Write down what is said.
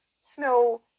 Snow